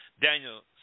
Daniel